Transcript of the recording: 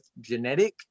genetic